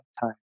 time